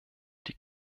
die